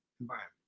environment